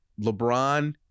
LeBron